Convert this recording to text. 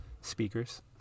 speakers